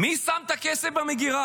מי שם את הכסף במגירה?